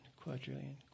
quadrillion